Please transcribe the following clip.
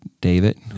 David